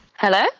Hello